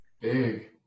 Big